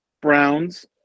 Browns